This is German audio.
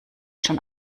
schon